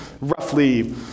roughly